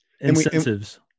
Incentives